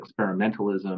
experimentalism